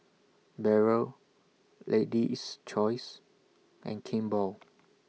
Barrel Lady's Choice and Kimball